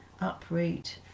uproot